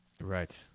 right